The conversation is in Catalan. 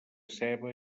ceba